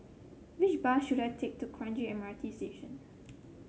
which bus should I take to Kranji M R T Station